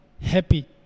happy